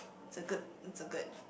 it's a good it's a good